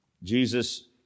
Jesus